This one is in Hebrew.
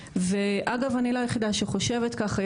ואגב אני לא היחידה שחושבת ככה,